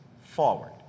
forward